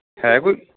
ਹੈ ਕੋਈ